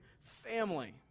family